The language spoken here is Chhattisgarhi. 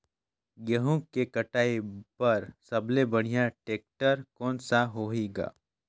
गहूं के कटाई पर सबले बढ़िया टेक्टर कोन सा होही ग?